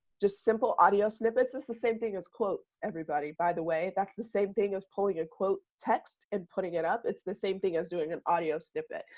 just simple audio snippets. it's the same thing as quotes everybody. by the way, that's the same thing as pulling a quote text and putting it up. it's the same thing as doing an audio snippet.